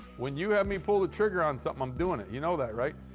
when you have me pull the trigger on something, i'm doing it. you know that, right?